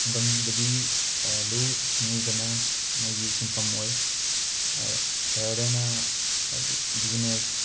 ꯈꯨꯡꯒꯪꯗꯗꯤ ꯂꯧꯎ ꯁꯤꯉꯨꯕꯅ ꯃꯣꯏꯒꯤ ꯁꯤꯟꯐꯝ ꯑꯣꯏ ꯁꯍꯔꯗꯅ ꯍꯥꯏꯗꯤ ꯕꯤꯖꯤꯅꯦꯁ